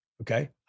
Okay